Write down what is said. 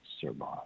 survive